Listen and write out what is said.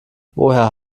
woher